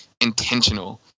intentional